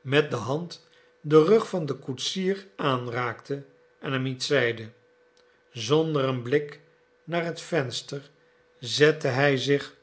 met de hand den rug van den koetsier aanraakte en hem iets zeide zonder een blik naar het venster zette hij zich